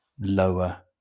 lower